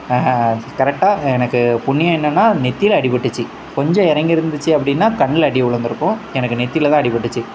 கரெக்டாக எனக்கு புண்ணியம் என்னன்னால் நெத்தியில் அடிப்பட்டுச்சு கொஞ்சம் இறங்கி இருந்துச்சு அப்படினா கண்ணில் அடி உழுந்துருக்கும் எனக்கு நெற்றில தான் அடிப்பட்டுச்சு